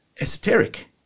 esoteric